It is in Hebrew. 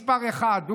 מספר אחת.